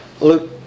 Luke